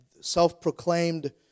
self-proclaimed